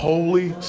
Holy